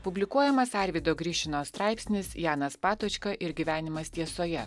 publikuojamas arvydo grišino straipsnis janas patočka ir gyvenimas tiesoje